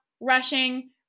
rushing